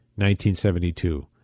1972